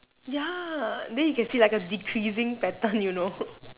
ya then you can see like a decreasing pattern you know